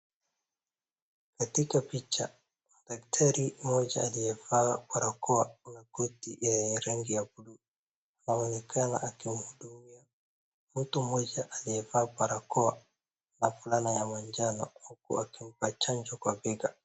Katika picha daktrai moja aliye vaa barakoa na koti yenye rangi ya blue aonekana akimhudumia mtu moja aliyevaa barakoa na fulana ya manjano huku akimpa chanjo kwa bega.